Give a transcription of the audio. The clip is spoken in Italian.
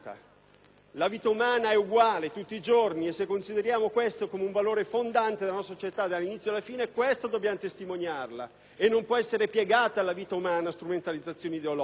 La vita umana è uguale tutti giorni e, se consideriamo questo come un valore fondante della nostra società dall'inizio alla fine, questo dobbiamo testimoniare. La vita umana non può essere piegata a strumentalizzazioni ideologiche.